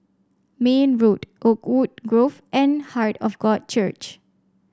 Mayne Road Oakwood Grove and Heart of God Church